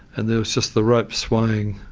and there was just the rope swaying,